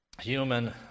Human